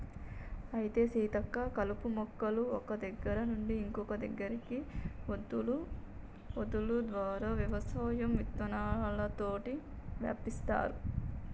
అయితే సీతక్క కలుపు మొక్కలు ఒక్క దగ్గర నుండి ఇంకో దగ్గరకి వొంతులు ద్వారా వ్యవసాయం విత్తనాలతోటి వ్యాపిస్తాయి